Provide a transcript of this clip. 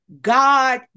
God